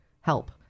help